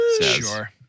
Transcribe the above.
Sure